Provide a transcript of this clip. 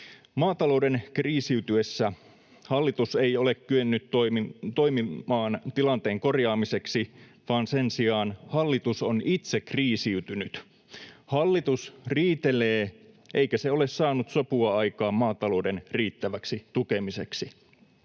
Maatalouden kriisiytyessä hallitus ei ole kyennyt toimimaan tilanteen korjaamiseksi, vaan sen sijaan hallitus on itse kriisiytynyt. Hallitus riitelee, eikä se ole saanut sopua aikaan maatalouden riittäväksi tukemiseksi.